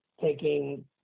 taking